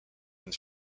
une